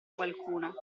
qualcuno